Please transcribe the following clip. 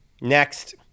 next